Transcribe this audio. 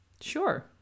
Sure